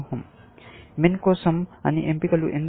MIN కోసం అన్ని ఎంపికలు ఎందుకు